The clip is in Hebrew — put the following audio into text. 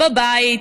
בבית,